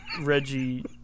Reggie